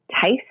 taste